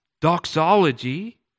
doxology